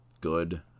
good